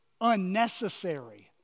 unnecessary